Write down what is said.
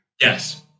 Yes